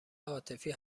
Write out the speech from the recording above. عاطفی